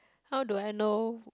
how I do know